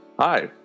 Hi